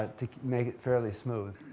to make it fairly smooth.